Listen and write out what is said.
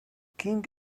king